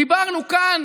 דיברנו כאן